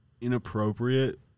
inappropriate